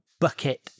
Bucket